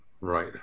Right